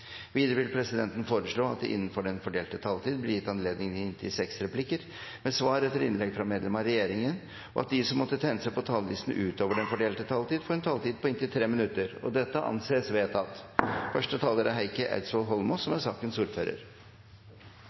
Videre vil presidenten foreslå at det – innenfor den fordelte taletid – blir gitt anledning til replikkordskifte på inntil seks replikker med svar etter innlegg fra medlemmer av regjeringen, og at de som måtte tegne seg på talerlisten utover den fordelte taletid, får en taletid på inntil 3 minutter. – Det anses vedtatt. I dette representantforslaget fra stortingsrepresentantene Torgeir Knag Fylkesnes, Kirsti Bergstø og Heikki Eidsvoll Holmås